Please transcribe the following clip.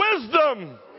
wisdom